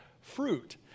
fruit